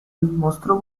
mostró